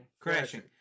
Crashing